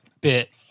bit